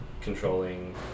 controlling